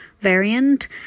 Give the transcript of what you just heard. variant